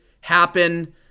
happen